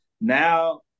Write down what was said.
Now